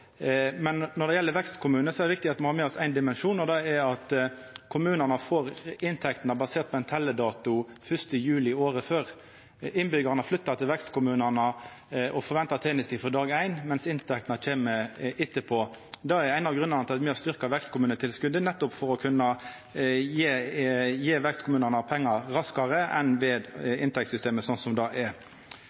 Men når det gjeld vekstkommune, er det viktig å ha med seg ein dimensjon, at kommunane får inntektene basert på ein teljedato, 1. juli året før. Innbyggarane har flytta til vekstkommunane og forventar tenester frå dag éin, medan inntektene kjem etterpå. Det er ein av grunnane til at me har styrkt vekstkommunetilskotet – nettopp for å kunna gje vekstkommunane pengar raskare enn ved inntektssystemet slik det er